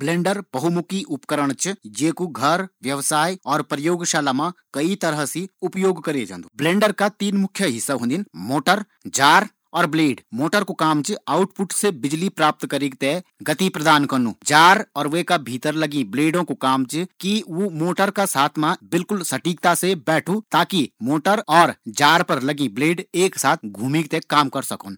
ब्लेंडर बहुमुखी उपकरण च ये कु घर व्यवसाय लैब मा उपयोग होन्दु ये ब्लेंडर का तीन मुख्य हिस्सा होदिन मोटर ज्वा ब्लेंड और जार ते गति प्रदान करदी, फिर जार यु मोटर का खांचो का साथ मा फिट बैठक जार और फिर ब्लेंड यु जार और मोटर का साथ मा ताल मेल बिठाकर चीजों ते ब्लेंड करदु